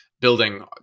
building